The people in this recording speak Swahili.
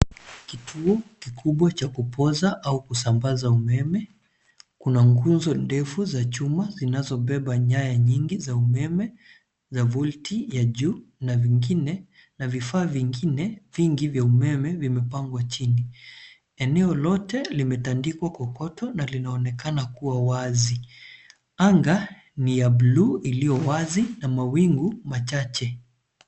Kituo kikubwa cha kupoza au kusambaza umeme, kuna nguzo ndefu za chuma zinazobeba nyaya nyingi za umeme za volti ya juu na vifaa vingine vingi vya umeme vimepangwa chini. Eneo lote limetandikwa kokoto na linaonekana kuwa wazi. Anga ni ya bluu iliyowazi na mawingu machache.